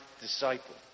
disciple